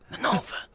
Nova